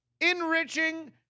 enriching